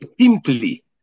simply